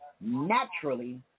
naturally